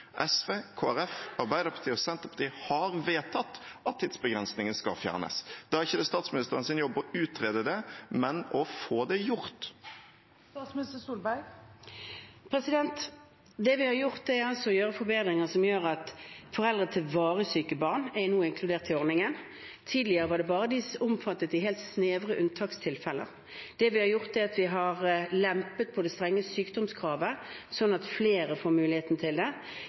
SV, Kristelig Folkeparti, Arbeiderpartiet og Senterpartiet har vedtatt at tidsbegrensningen skal fjernes. Da er det ikke statsministerens jobb å utrede det, men å få det gjort. Det vi har gjort, er å gjøre forbedringer, slik at foreldre til varig syke barn nå er inkludert i ordningen. Tidligere omfattet den helt snevre unntakstilfeller. Det vi har gjort, er at vi har lempet på det strenge sykdomskravet, slik at flere får muligheten. Det betyr at det